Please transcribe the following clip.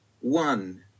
one